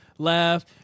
Laugh